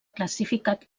classificat